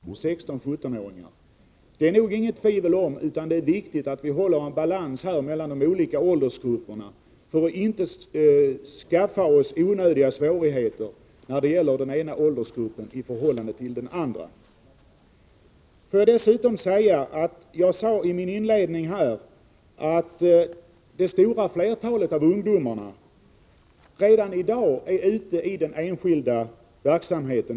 Fru talman! Arne Fransson tror inte att det blir några konsekvenser för 16-17-åringar om man skulle i betydande omfattning öka antalet 18-19 åringar i det enskilda näringslivet. Jag tycker detta är en aning nonchalant, inte minst mot bakgrund av att de som vi har utsett att granska detta klart varnat för de effekter det kan få för 16—-17-åringarna. Det är inget tvivel om att det är viktigt att vi håller balansen mellan de olika grupperna för att inte skapa onödiga svårigheter.